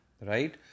right